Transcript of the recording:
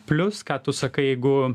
plius ką tu sakai jeigu